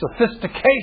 sophistication